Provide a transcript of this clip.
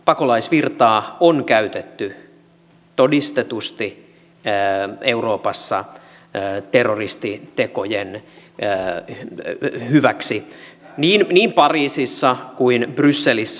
pakolaisvirtaa on käytetty todistetusti euroopassa hyväksi terroristiteoissa niin pariisissa kuin brysselissä